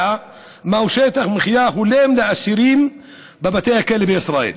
מהו שטח מחיה הולם לאסירים בבתי הכלא בישראל.